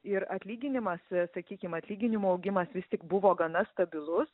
ir atlyginimas sakykim atlyginimų augimas vis tik buvo gana stabilus